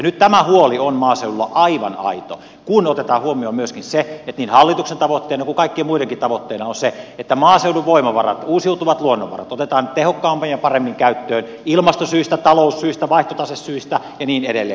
nyt tämä huoli on maaseudulla aivan aito kun otetaan huomioon myöskin se että niin hallituksen tavoitteena kuin kaikkien muidenkin tavoitteena on se että maaseudun voimavarat uusiutuvat luonnonvarat otetaan tehokkaammin ja paremmin käyttöön ilmastosyistä taloussyistä vaihtotasesyistä ja niin edelleen